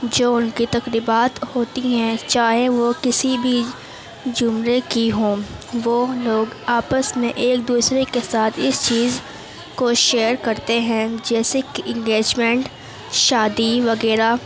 جو ان کی تقریبات ہوتی ہیں چاہے وہ کسی بھی زمرے کی ہوں وہ لوگ آپس میں ایک دوسرے کے ساتھ اس چیز کو شئیر کرتے ہیں جیسے کہ انگیجمنٹ شادی وغیرہ